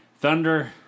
Thunder